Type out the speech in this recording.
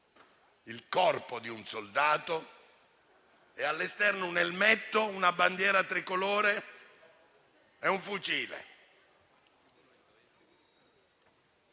il corpo di un soldato e all'esterno un elmetto, una bandiera tricolore e un fucile.